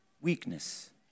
weakness